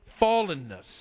fallenness